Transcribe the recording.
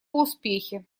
успехе